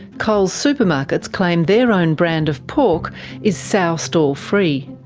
coles supermarkets claim their own brand of pork is sow-stall free.